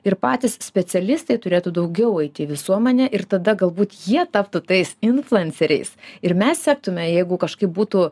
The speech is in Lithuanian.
ir patys specialistai turėtų daugiau eiti į visuomenę ir tada galbūt jie taptų tais influenceriais ir mes sektume jeigu kažkaip būtų